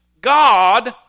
God